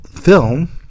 film